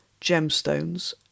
gemstones